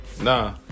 Nah